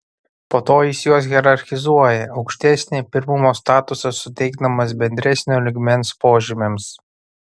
po to jis juos hierarchizuoja aukštesnį pirmumo statusą suteikdamas bendresnio lygmens požymiams